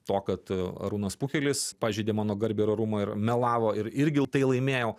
to kad arūnas pukelis pažeidė mano garbę ir orumą ir melavo ir irgi tai laimėjau